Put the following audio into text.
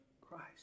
Christ